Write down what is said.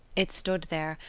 it stood there,